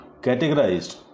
categorized